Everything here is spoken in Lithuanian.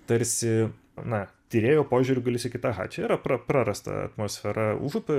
tarsi na tyrėjo požiūriu gali sakyt aha čia yra pra prarasta atmosfera užupio